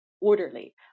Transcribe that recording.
orderly